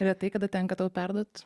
retai kada tenka tau perduoti